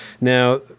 Now